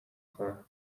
کنن